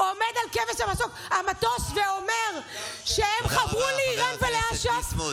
עומד על כבש המטוס ואומר שהם חברו לאיראן ולאש"ף,